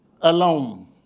alone